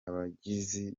abagizi